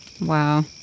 Wow